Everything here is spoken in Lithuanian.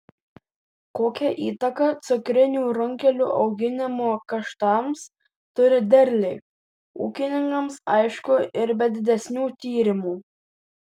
kokią įtaką cukrinių runkelių auginimo kaštams turi derliai ūkininkams aišku ir be didesnių tyrimų